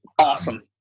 Awesome